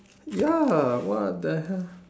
ya what the hell